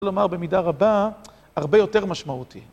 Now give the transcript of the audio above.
לומר במידה רבה הרבה יותר משמעותי